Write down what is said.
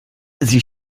sie